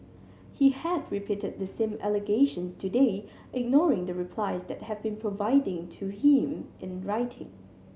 he has repeated the same allegations today ignoring the replies that have been providing to him in writing